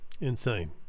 Insane